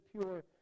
pure